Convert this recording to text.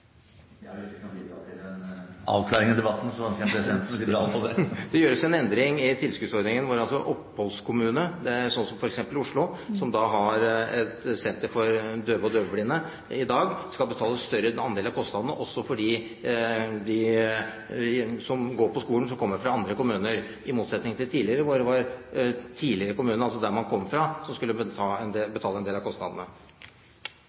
jeg får lov, president? Ja, hvis det kan bidra til en avklaring i debatten, er presidenten liberal på det. Det gjøres en endring i tilskuddsordningen, hvor oppholdskommune, f.eks. Oslo, som i dag har et senter for døve og døvblinde, skal betale en større andel av kostnadene også for dem som går på skolen som kommer fra andre kommuner, i motsetning til tidligere, da kommunen man kom fra skulle betale en